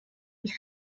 ich